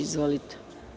Izvolite.